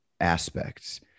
aspects